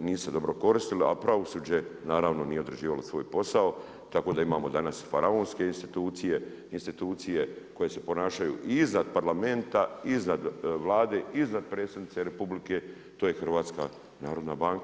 nisu dobro koristili, a pravosuđe naravno nije odrađivalo svoj posao, tako da imamo dana faraonske institucije, institucije koje se ponašaju i iznad parlamenta i iznad Vlade i iznad predsjednice RH, to je HNB.